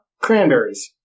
Cranberries